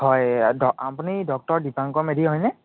হয় ড আপুনি ডক্তৰ দীপাংকৰ মেধি হয়নে